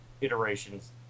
iterations